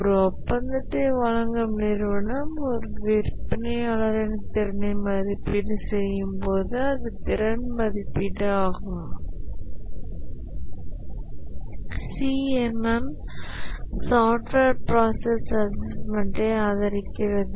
ஒரு ஒப்பந்தத்தை வழங்கும் நிறுவனம் ஒரு விற்பனையாளரின் திறனை மதிப்பீடு செய்யும் போது அது திறன் மதிப்பீடு ஆகும் CMM சாஃப்ட்வேர் ப்ராசஸ் அசஸ்மெண்ட்டை ஆதரிக்கிறது